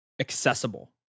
accessible